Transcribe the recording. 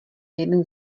jeden